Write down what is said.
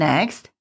Next